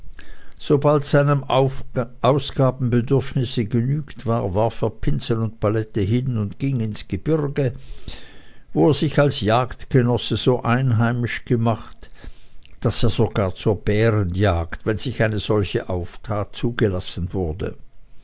sobald seinem ausgabenbedürfnisse genügt war warf er pinsel und palette hin und ging ins gebirge wo er sich als jagdgenosse so einheimisch gemacht daß er sogar zur bärenjagd wenn sich eine solche auftat zugelassen wurde